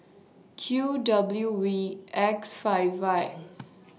Q W V X five Y